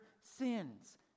sins